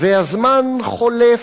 והזמן חולף,